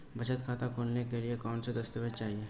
बचत खाता खोलने के लिए कौनसे दस्तावेज़ चाहिए?